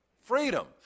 freedom